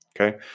okay